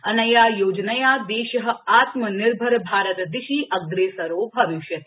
अनया योजनया देशः आत्मनिर्भरभारतदिशि अग्रेसरो भविष्यति